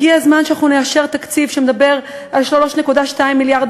הגיע הזמן שאנחנו נאשר תקציב שמדבר על 3.2 מיליארד,